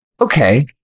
Okay